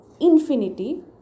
infinity